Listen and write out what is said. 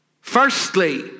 Firstly